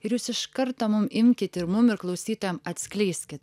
ir jūs iš karto mum imkit ir mum ir klausytojam atskleiskit